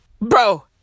bro